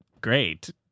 Great